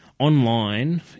Online